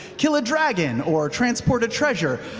kill a dragon, or transport a treasure,